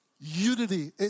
unity